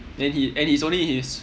then he and he's only in his